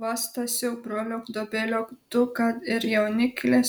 va stasiuk broliuk dobiliuk tu kad ir jauniklis